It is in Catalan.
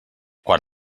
quan